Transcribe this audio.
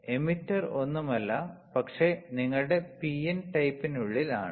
emitter ഒന്നുമല്ല പക്ഷേ നിങ്ങളുടെ പി എൻ ടൈപ്പിനുള്ളിൽ ആണ്